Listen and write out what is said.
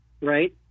Right